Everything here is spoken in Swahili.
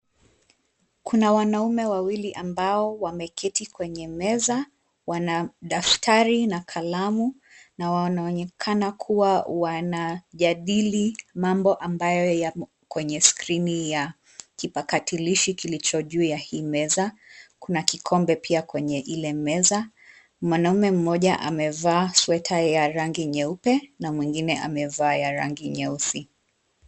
Kuna wanaume wawili ambao wameketi kwenye meza. Wana daftari na kalamu, na wanaonekana kuwa wanajadili mambo ambayo yamo kwenye skrini ya kipakatilishi kilicho juu ya hii meza. Kuna kikombe pia kwenye ile meza. Mwanaume mmoja amevaa sweta ya rangi nyeupe, na nyingine amevaa ya rangi nyeusi.